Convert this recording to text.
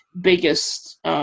biggest